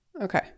Okay